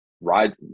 ride